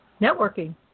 Networking